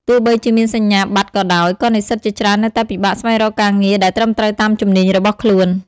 ទោះបីជាមានសញ្ញាបត្រក៏ដោយ ក៏និស្សិតជាច្រើននៅតែពិបាកស្វែងរកការងារដែលត្រឹមត្រូវតាមជំនាញរបស់ខ្លួន។